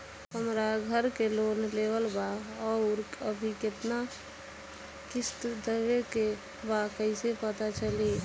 हमरा घर के लोन लेवल बा आउर अभी केतना किश्त देवे के बा कैसे पता चली?